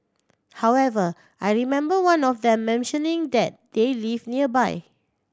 however I remember one of them mentioning that they live nearby